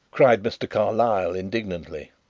cried mr. carlyle indignantly,